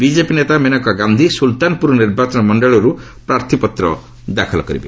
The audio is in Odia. ବିଜେପି ନେତା ମେନକା ଗାନ୍ଧୀ ସୁଲତାନପୁର ନିର୍ବାଚନ ମଣ୍ଡଳୀରୁ ପ୍ରାର୍ଥୀପତ୍ର ଦାଖଲ କରିବେ